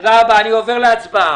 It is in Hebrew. תודה רבה, אני עובר להצבעה.